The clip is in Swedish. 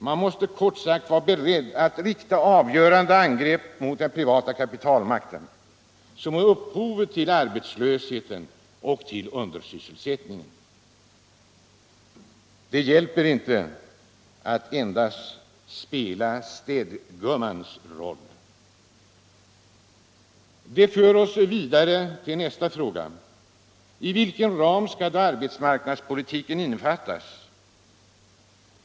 Man måste kort sagt vara beredd att rikta avgörande angrepp mot den privata kapitalmarknaden, som är upphovet till arbetslösheten och undersysselsättningen. Det hjälper inte att endast spela städ politiken politiken gummans roll. Det för oss vidare till nästa fråga. Inom vilken ram skall då arbetsmarknadspolitiken innefattas?